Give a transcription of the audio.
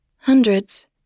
Hundreds